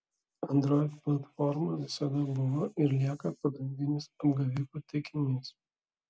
android platforma visada buvo ir lieka pagrindinis apgavikų taikinys